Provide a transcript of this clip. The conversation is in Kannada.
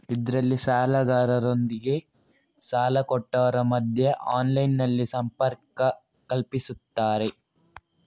ಇದ್ರಲ್ಲಿ ಸಾಲಗಾರರೊಂದಿಗೆ ಸಾಲ ಕೊಟ್ಟವರ ಮಧ್ಯ ಆನ್ಲೈನಿನಲ್ಲಿ ಸಂಪರ್ಕ ಕಲ್ಪಿಸ್ತಾರೆ